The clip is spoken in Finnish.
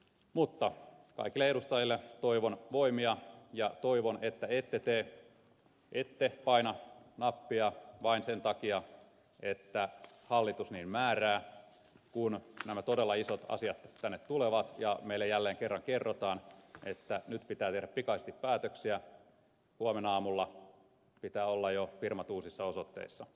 mutta kaikille edustajille toivon voimia ja toivon että ette paina nappia vain sen takia että hallitus niin määrää kun nämä todella isot asiat tänne tulevat ja meille jälleen kerran kerrotaan että nyt pitää tehdä pikaisesti päätöksiä huomenaamulla pitää olla jo firmat uusissa osoitteissa